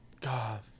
god